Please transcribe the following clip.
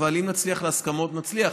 אבל אם נגיע להסכמות נצליח.